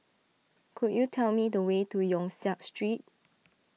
could you tell me the way to Yong Siak Street